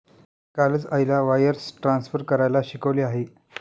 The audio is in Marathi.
मी कालच आईला वायर्स ट्रान्सफर करायला शिकवले आहे